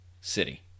City